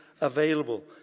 available